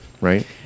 right